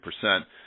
percent